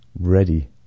ready